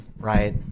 right